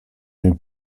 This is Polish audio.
jej